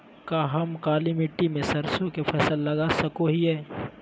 का हम काली मिट्टी में सरसों के फसल लगा सको हीयय?